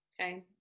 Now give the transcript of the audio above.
Okay